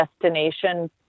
Destination